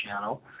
channel